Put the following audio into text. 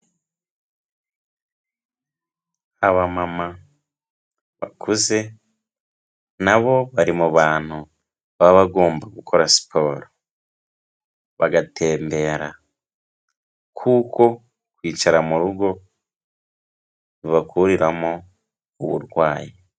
Aba mama bakuze nabo bari mu bantu baba bagomba gukora siporo, bagatembera kuko kwicara mu rugo bibakuriramo uburwayi.